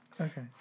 Okay